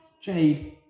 Jade